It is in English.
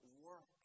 work